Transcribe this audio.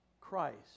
Christ